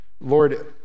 Lord